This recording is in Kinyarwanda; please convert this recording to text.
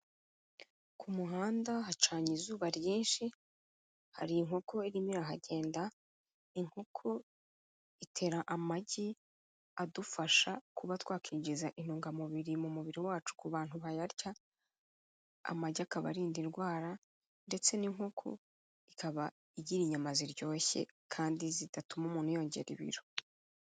Ku muhanda hacanye izuba ryinshi, hari inkoko irimo ira hagenda, inkoko itera amagi adufasha kuba twakwinjiza intungamubiri mu mubiri wacu ku bantu bayarya, amagi akaba arinda indwara, ndetse n'inkoko ikaba igira inyama ziryoshye, kandi zidatuma umuntu yongera ibiro.